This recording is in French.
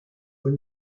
haut